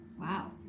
Wow